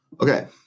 Okay